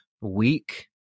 weak